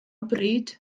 bryd